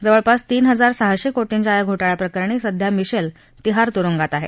जवळपास तीन हजार सहाशे कोटींच्या या घोटाळ्याप्रकरणी सध्या मिशेल तिहार तुरुंगात आहे